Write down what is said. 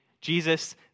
Jesus